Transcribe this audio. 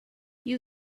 you